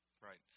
right